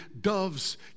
doves